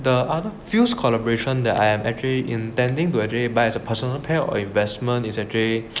the other fuse collaboration that I am actually intending to buy as a personal pair of investment is actually